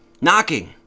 knocking